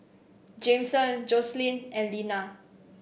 Jameson Joycelyn and Linna